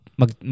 mag